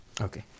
Okay